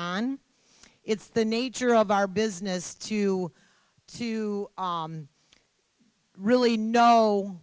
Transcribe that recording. on it's the nature of our business to to really know